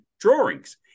drawings